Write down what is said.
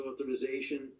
authorization